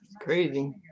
Crazy